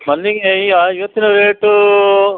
ಮಲ್ಲಿಗೆ ಈಗ ಇವತ್ತಿನ ರೇಟೂ